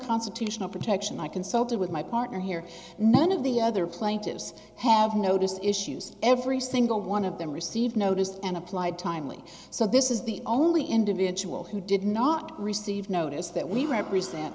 constitutional protection i consulted with my partner here none of the other plaintiffs have noticed issues every single one of them received noticed and applied timely so this is the only individual who did not receive notice that we represent